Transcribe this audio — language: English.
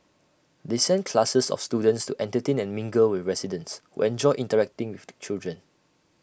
they send classes of students to entertain and mingle with residents who enjoy interacting with the children